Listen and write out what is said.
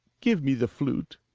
give me the flute.